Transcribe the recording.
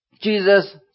Jesus